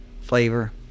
flavor